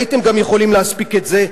הייתם גם יכולים להספיק את זה.